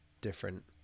different